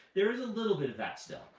there is a little bit of that still.